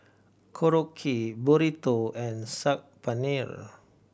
Korokke Burrito and Saag Paneer